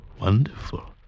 wonderful